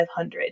500